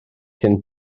cyn